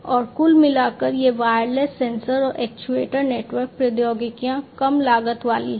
और कुल मिलाकर यह वायरलेस सेंसर और एक्चुएटर नेटवर्क प्रौद्योगिकियां कम लागत वाली हैं